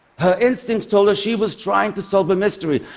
her instincts told her she was trying to solve a mystery,